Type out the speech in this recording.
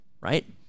right